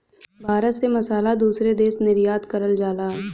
भारत से मसाला दूसरे देश निर्यात करल जाला